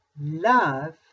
Love